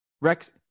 Rex